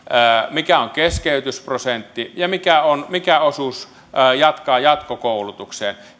mikä on keskeytysprosentti ja mikä osuus jatkaa jatkokoulutukseen